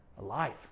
alive